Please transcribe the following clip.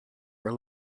were